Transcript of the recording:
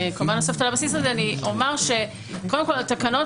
וכתוספת על הבסיס הזה אני אומר שקודם כל התקנות,